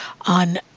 on